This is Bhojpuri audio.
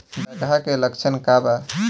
डकहा के लक्षण का वा?